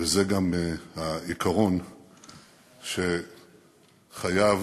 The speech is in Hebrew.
וזה גם העיקרון שחייב